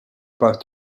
both